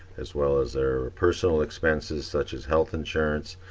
as well as their personal expenses such as health insurance,